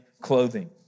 clothing